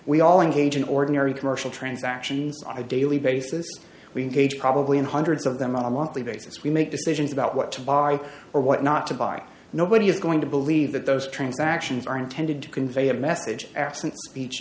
we all engage in ordinary commercial transactions on a daily basis we engage probably in hundreds of them on a monthly basis we make decisions about what to buy or what not to buy nobody is going to believe that those transactions are intended to convey a message absent each